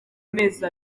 amezi